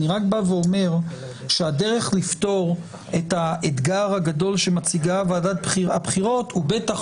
אני רק בא ואומר שהדרך לפתור את האתגר הגדול שמציגה ועדת הבחירות הוא בטח